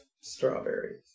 strawberries